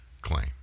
claim